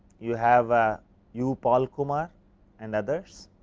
you have ah u paul kumar and others